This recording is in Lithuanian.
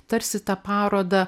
tarsi tą parodą